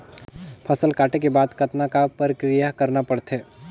फसल काटे के बाद कतना क प्रक्रिया करना पड़थे?